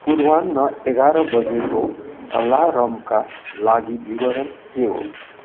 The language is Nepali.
पूर्वाह्न एघार बजेको अलार्मका लागि विवरण के हो